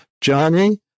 Johnny